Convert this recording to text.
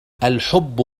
الحب